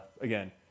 again